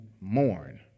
mourn